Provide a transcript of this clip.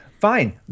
Fine